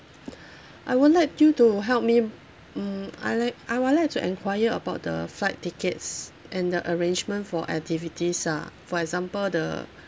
I would like you to help me mm I'd like I would like to enquire about the flight tickets and the arrangement for activities ah for example the